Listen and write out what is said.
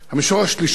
המישור השלישי: